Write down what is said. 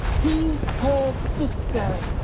he's her sister,